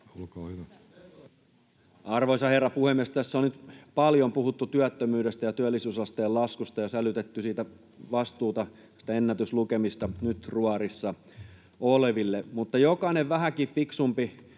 Content: Arvoisa herra puhemies! Tässä on nyt paljon puhuttu työttömyydestä ja työllisyysasteen laskusta ja sälytetty vastuuta näistä ennätyslukemista nyt ruorissa oleville. Mutta jokainen vähänkin fiksumpi